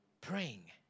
praying